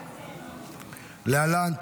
להעביר את